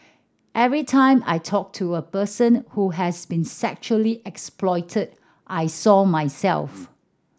every time I talked to a person who has been sexually exploited I saw myself